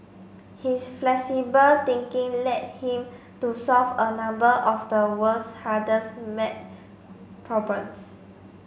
his flexible thinking led him to solve a number of the world's hardest problems